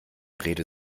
rede